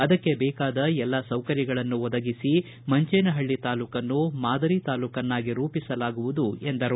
ಅದಕ್ಕೆ ಬೇಕಾದ ಎಲ್ಲಾ ಸೌಕರ್ಯಗಳನ್ನು ಒದಗಿಸಿ ಮಂಜೇನಹಳ್ಳಿ ತಾಲೂಕನ್ನು ಮಾದರಿ ತಾಲೂಕನ್ನಾಗಿ ರೂಪಿಸಲಾಗುವುದು ಎಂದರು